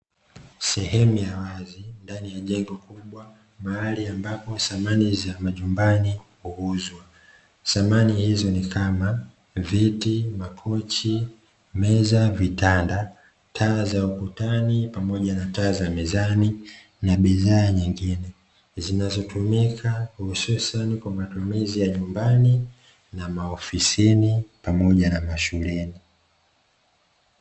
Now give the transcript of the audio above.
Sehemu ya wazi ndani ya jengo kubwa mahali ambapo samani za majumbani uuzwa. Samani hizo ni kama viti, makochi, meza, vitanda, taa za ukutani pamoja na taa za mezani na bidhaa nyingine zinazotumika hususani kwa matumizi ya nyumbani na maofisini pamoja na mashuleni.